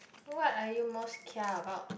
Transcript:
what are you most care about